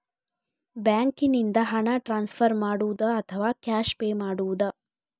ಬ್ಯಾಂಕಿನಿಂದ ಹಣ ಟ್ರಾನ್ಸ್ಫರ್ ಮಾಡುವುದ ಅಥವಾ ಕ್ಯಾಶ್ ಪೇ ಮಾಡುವುದು?